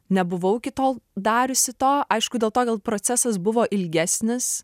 nebuvau iki tol dariusi to aišku dėl to gal procesas buvo ilgesnis